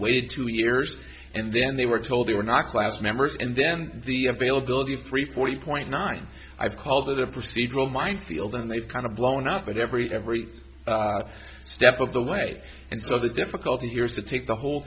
waited two years and then they were told they were not class members and then the availability of three forty point nine i've called it a procedural minefield and they've kind of blown up at every every step of the way and so the difficulty here is to take the whole